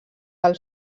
del